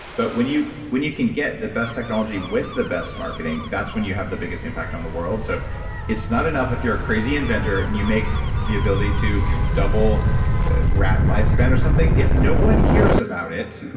but when you when you can get the best technology with the best marketing, that's when you have the biggest impact on the world. so it's not enough if you're a crazy inventor and you make the ability to double rat lifespan or something, if no one hears about it,